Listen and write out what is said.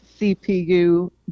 cpu